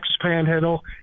Panhandle